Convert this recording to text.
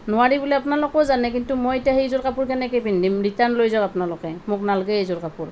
নোৱাৰি বুলি আপোনালোকেও জানে কিন্তু মই এতিয়া সেইযোৰ কাপোৰ কেনেকৈ পিন্ধিম ৰিটাৰ্ন লৈ যাওক আপোনালোকে মোক নালাগে এইযোৰ কাপোৰ